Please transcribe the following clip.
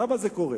למה זה קורה?